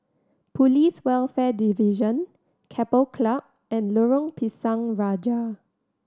Police Welfare Division Keppel Club and Lorong Pisang Raja